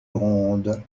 ronde